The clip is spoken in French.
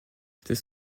c’est